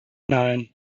nine